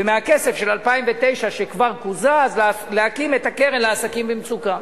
ומהכסף של 2009 שכבר קוזז להקים את הקרן לעסקים במצוקה.